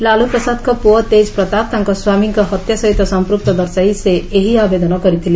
ଲାଲୁପ୍ରସାଦଙ୍କ ପୁଅ ତେଜ୍ ପ୍ରତାପ ତାଙ୍କ ସ୍ୱାମୀଙ୍କ ହତ୍ୟା ସହିତ ସମ୍ପୃକ୍ତ ଦର୍ଶାଇ ସେ ଏହି ଆବେଦନ କରିଥିଲେ